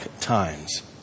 times